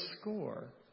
score